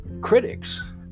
critics